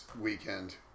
weekend